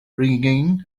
ringing